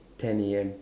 ten A_M